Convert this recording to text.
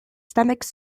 stomach